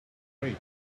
grate